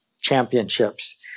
championships